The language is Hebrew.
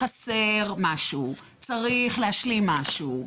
חסר משהו, צריך להשלים משהו.